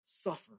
suffer